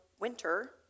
winter